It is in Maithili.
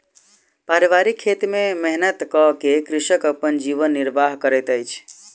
पारिवारिक खेत में मेहनत कअ के कृषक अपन जीवन निर्वाह करैत अछि